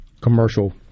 commercial